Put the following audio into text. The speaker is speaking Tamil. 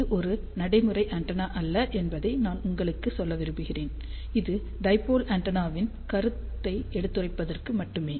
இது ஒரு நடைமுறை ஆண்டெனா அல்ல என்பதை நான் உங்களுக்கு சொல்ல விரும்புகிறேன் இது டைபோல் ஆண்டெனாவின் கருத்துத்தை எடுத்துரைப்பதற்கு மட்டுமே